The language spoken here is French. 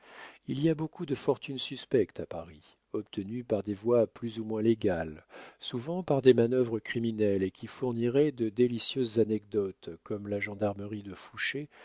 il y a beaucoup de fortunes suspectes à paris obtenues par des voies plus ou moins légales souvent par des manœuvres criminelles et qui fourniraient de délicieuses anecdotes comme la gendarmerie de fouché